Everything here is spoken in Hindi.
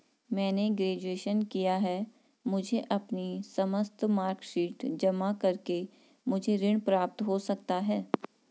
मैंने ग्रेजुएशन किया है मुझे अपनी समस्त मार्कशीट जमा करके मुझे ऋण प्राप्त हो सकता है?